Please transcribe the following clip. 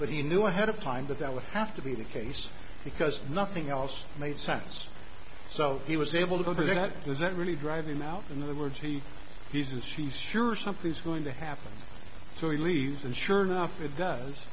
but he knew ahead of time that that would have to be the case because nothing else made sense so he was able to go over that does it really drive him out in the words he uses he's sure something's going to happen so he leaves and sure enough it does